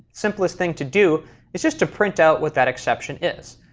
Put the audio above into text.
simplest thing to do is just to print out what that exception is.